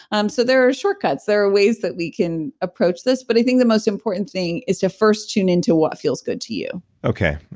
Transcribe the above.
um so there are shortcuts there are ways that we can approach this but i think the most important thing is to first tune into what feels good to you okay,